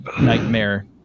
nightmare